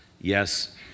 yes